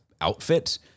outfit